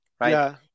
right